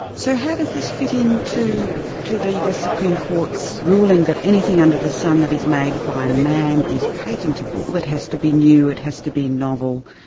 so how does this fit in to to the us supreme court's ruling that anything under the sun that is made by man is patentable, it has to be new, it has to be novel,